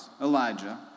Elijah